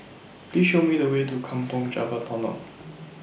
Please Show Me The Way to Kampong Java Tunnel